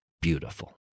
beautiful